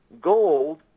Gold